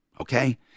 Okay